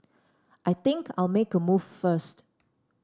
I think I'll make a move first